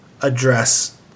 address